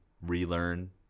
relearn